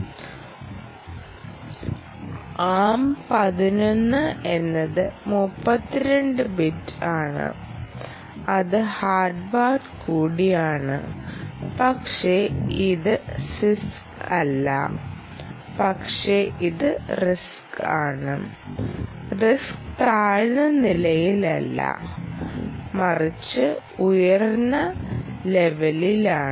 RM 11 എന്നത് 32 bit ആണ് അത് ഹാർവാർഡ് കൂടിയാണ് പക്ഷേ ഇത് CISC അല്ല പക്ഷേ ഇത് RISC ആണ് RISC താഴ്ന്ന നിലയിലല്ല മറിച്ച് ഉയർന്ന ലെവലിനാണ്